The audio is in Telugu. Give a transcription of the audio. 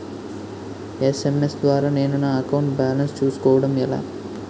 ఎస్.ఎం.ఎస్ ద్వారా నేను నా అకౌంట్ బాలన్స్ చూసుకోవడం ఎలా?